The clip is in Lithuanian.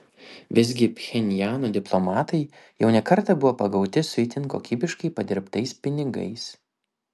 visgi pchenjano diplomatai jau ne kartą buvo pagauti su itin kokybiškai padirbtais pinigais